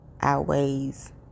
outweighs